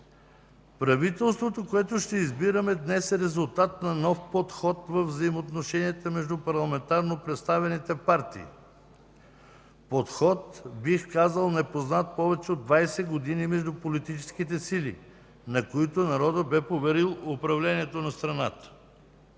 „Правителството, което ще избираме днес, е резултат на нов подход във взаимоотношенията между парламентарно представените партии – подход, бих казал, непознат повече от 20 години между политическите сили, на които народът бе поверил управлението на страната.